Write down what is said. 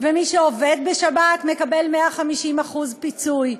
ומי שעובד בשבת מקבל 150% כפיצוי.